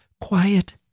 quiet